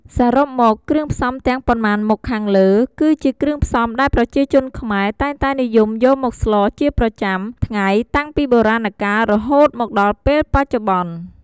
សរុបមកគ្រឿងផ្សំទាំងប៉ុន្មានមុខខាងលើគឺជាគ្រឿងផ្សំដែលប្រជាជនខ្មែរតែងតែនិយមយកមកស្លជាប្រចាំថ្ងៃតាំងពីបុរាណកាលរហូតមកដល់ពេលបច្ចុប្បន្ន។